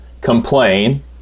complain